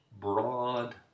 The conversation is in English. broad